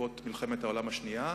בעקבות מלחמת העולם השנייה.